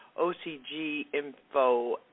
OCGinfo